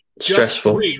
stressful